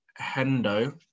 Hendo